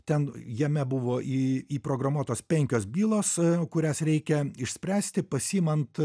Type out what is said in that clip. ten jame buvo į įprogramuotos penkios bylos kurias reikia išspręsti pasiimant